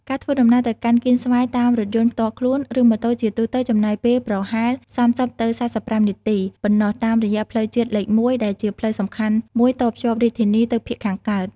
ការធ្វើដំណើរទៅកាន់កៀនស្វាយតាមរថយន្តផ្ទាល់ខ្លួន ឬម៉ូតូជាទូទៅចំណាយពេលប្រហែល ៣០ ទៅ ៤៥ នាទី ប៉ុណ្ណោះតាមរយៈផ្លូវជាតិលេខ ១ ដែលជាផ្លូវសំខាន់មួយតភ្ជាប់រាជធានីទៅភាគខាងកើត។